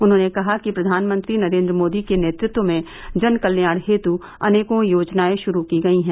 उन्होंने कहा कि प्रधानमंत्री नरेंद्र मोदी के नेतृत्व में जन कल्याण हेतु अनेकों योजनाएं शुरू की गई हैं